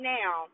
now